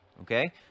okay